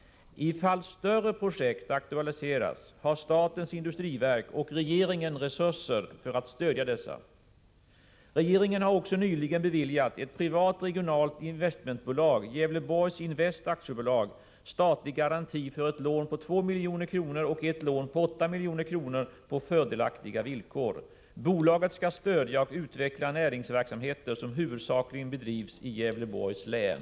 Ifall större projekt aktualiseras har statens industriverk och regeringen resurser för att stödja dessa. Regeringen har också nyligen beviljat ett privat regionalt investmentbolag, Gävleborgs Invest AB, statlig garanti för ett lån på 2 milj kr. och ett lån på 8 milj.kr. på fördelaktiga villkor. Bolaget skall stödja och utveckla näringsverksamheter som huvudsakligen bedrivs i Gävleborgs län.